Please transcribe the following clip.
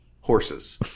horses